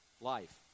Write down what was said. life